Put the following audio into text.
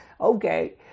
Okay